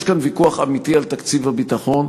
יש כאן ויכוח אמיתי על תקציב הביטחון,